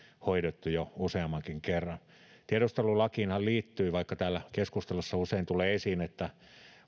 hoidettu jo useammankin kerran tiedustelulakiinhan liittyy vaikka täällä keskustelussa usein tulee esiin että